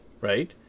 right